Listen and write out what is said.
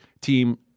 team